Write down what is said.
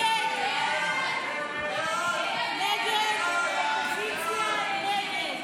סעיף ,29 כהצעת הוועדה,